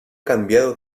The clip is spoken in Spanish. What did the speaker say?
cambiado